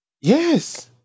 Yes